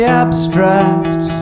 abstract